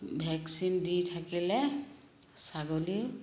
vaccine দি থাকিলে ছাগলী